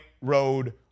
road